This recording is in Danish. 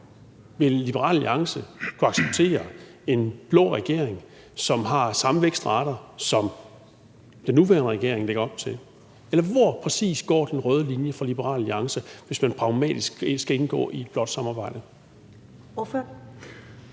Vil Liberal Alliance kunne acceptere en blå regering, som har samme vækstrater som det, den nuværende regering lægger op til? Eller hvor præcis går den røde linje for Liberal Alliance, hvis man pragmatisk skal indgå i et blåt samarbejde?